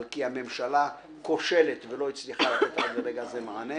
כי הממשלה כושלת ולא הצליחה לתת עד לרגע זה מענה,